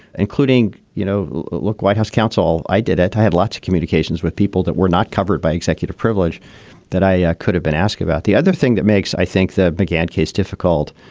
including, you know, look, white house counsel. i did that. i had lots of communications with people that were not covered by executive privilege that i i could have been asked about. the other thing that makes i think that began case difficult,